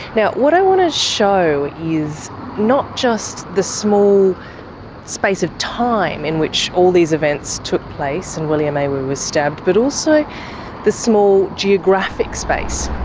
yeah what i want to show you is not just the small space of time in which all these events took place and william awu was stabbed but also the small geographic space.